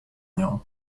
nią